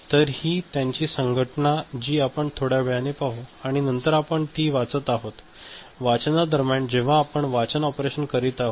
तर ही त्याची संघटना जी आपण थोड्या वेळाने पाहू आणि नंतर आपण ती वाचत आहोत वाचनादरम्यान जेव्हा आपण वाचन ऑपरेशन करीत असतो